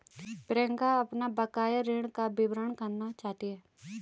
प्रियंका अपना बकाया ऋण का विवरण देखना चाहती है